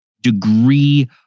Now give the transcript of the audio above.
degree